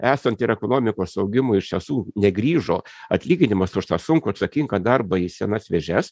esant ir ekonomikos augimui iš tiesų negrįžo atlyginimas už tą sunkų atsakingą darbą į senas vėžes